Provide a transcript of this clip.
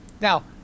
Now